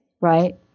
right